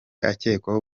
akekwaho